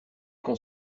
qu’on